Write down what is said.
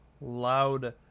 Loud